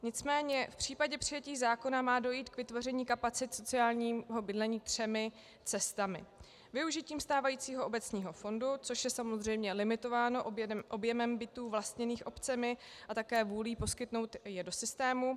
Nicméně v případě přijetí zákona má dojít k vytvoření kapacit sociálního bydlení třemi cestami: využitím stávajícího obecního fondu, což je samozřejmě limitováno objemem bytů vlastněných obcemi a také vůlí poskytnout je do systému.